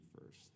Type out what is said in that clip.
first